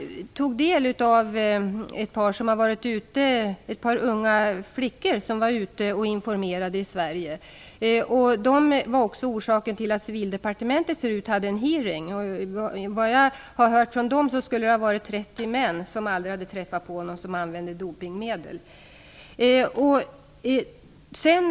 Jag har träffat ett par unga flickor som har varit ute och informerat i landet De var också orsaken till att Civildepartementet höll en hearing. Efter vad jag har hört från dem skulle det ha varit 30 män som aldrig hade träffat på någon som använde dopningsmedel med där.